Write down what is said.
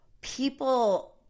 people –